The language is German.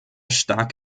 stark